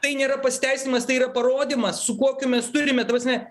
tai nėra pasiteisinimas tai yra parodymas su kokiu mes turime ta prasme